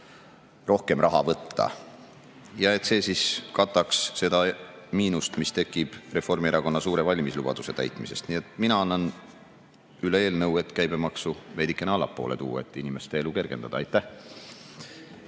rohkem raha ära võtta, et katta seda miinust, mis tekib Reformierakonna suure valimislubaduse täitmisest. Mina annan üle eelnõu, et käibemaksu veidikene allapoole tuua, et inimeste elu kergendada. Aitäh!